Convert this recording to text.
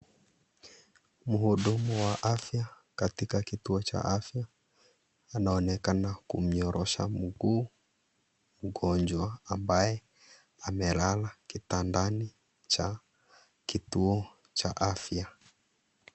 Mhudumu wa afya katika kituo cha afya anaonekana kumnyorosha mguu mgonjwa ambaye amelala kitandani cha kituo cha afya.